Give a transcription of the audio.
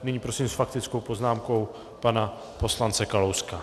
Nyní prosím s faktickou poznámkou pana poslance Kalouska.